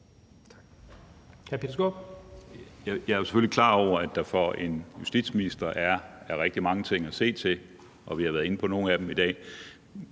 Jeg er jo selvfølgelig klar over, at der for en justitsminister er rigtig mange ting at se til, og vi har været inde på nogle af dem i dag.